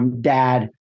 dad